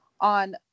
on